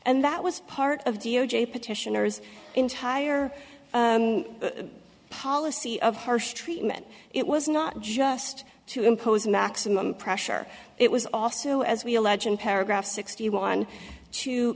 and that was part of d o j petitioner's entire policy of harsh treatment it was not just to impose maximum pressure it was also as we allege in paragraph sixty one to